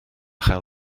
chael